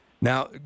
Now